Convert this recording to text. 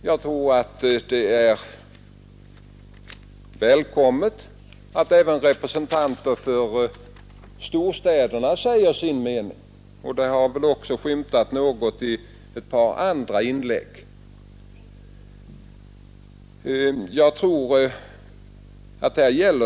Det är välkommet att även representanter för storstäderna här säger sin mening, och det har väl också skett i ett par tidigare inlägg.